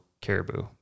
caribou